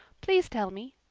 please tell me.